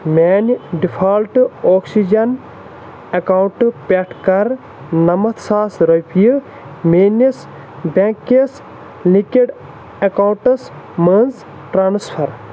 میٛانہِ default oxygen account پٮ۪ٹھ کَر نَمَتھ ساس رۄپیہِ میٛٲنِس بٮ۪نٛک کِس لِنٛکِڈ اٮ۪کاوُنٛٹَس منٛز ٹرٛانٕسفَر